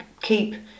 keep